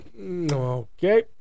Okay